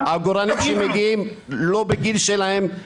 -- העגורנים שמגיעים לא בגיל שלהם,